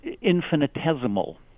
infinitesimal